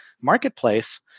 marketplace